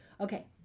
okay